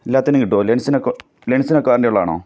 എല്ലാറ്റിനും കിട്ടുമോ ലെൻസിനൊക്കെ ലെൻസിനൊക്കെ വാറൻറ്റി ഉള്ളതാണോ